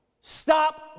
Stop